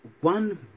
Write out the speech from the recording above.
One